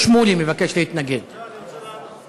שעומדים